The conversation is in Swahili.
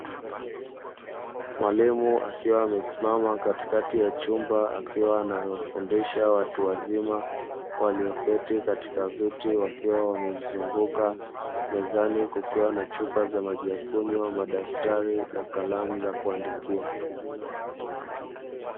Mwalimu akiwa amesimama katikati ya chumba, akiwa anawafundisha watu wazima walioketi katika viti wakiwa wamemzunguka. Mezani kukiwa na chupa za maji ya kunywa, madaftari na kalamu za kuandikia.